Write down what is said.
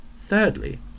Thirdly